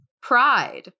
pride